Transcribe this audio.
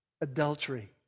adultery